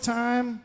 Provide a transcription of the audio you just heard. time